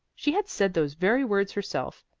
she had said those very words herself.